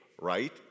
right